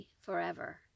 forever